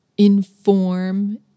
inform